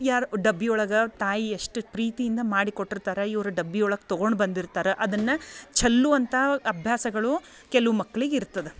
ಡಬ್ಬಿ ಒಳಗೆ ತಾಯಿ ಎಷ್ಟು ಪ್ರೀತಿಯಿಂದ ಮಾಡಿ ಕೊಟ್ಟಿರ್ತಾರೆ ಇವ್ರ ಡಬ್ಬಿ ಒಳಗೆ ತಗೊಂಡು ಬಂದಿರ್ತಾರ ಅದನ್ನು ಚಲ್ಲುವಂಥ ಅಭ್ಯಾಸಗಳು ಕೆಲವು ಮಕ್ಳಿಗೆ ಇರ್ತದ